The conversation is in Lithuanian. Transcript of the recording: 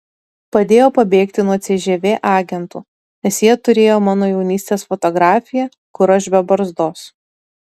padėjo pabėgti nuo cžv agentų nes jie turėjo mano jaunystės fotografiją kur aš be barzdos